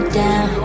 down